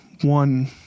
one